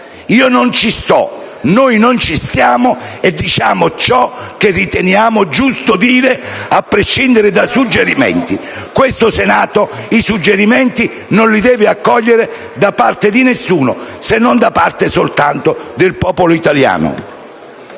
Io non ci sto, noi non ci stiamo e diciamo ciò che riteniamo giusto dire, a prescindere dai suggerimenti. Questo Senato non deve accogliere suggerimenti da parte di alcuno, se non da parte del popolo italiano.